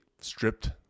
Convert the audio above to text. stripped